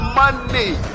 money